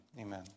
Amen